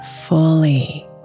fully